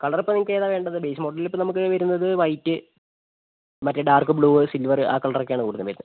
colour ഇപ്പോൾ നിങ്ങൾക്ക് ഏതാണ് വേണ്ടത് ബേസ് മോഡലിന് നമുക്ക് ഇപ്പോൾ വരുന്നത് വൈറ്റ് മറ്റേ ഡാർക്ക് ബ്ലൂ സിൽവർ ആ കളർ ഒക്കെയാണ് കൂടുതൽ വരുന്നത്